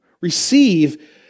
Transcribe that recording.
Receive